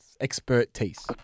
expertise